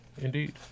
Indeed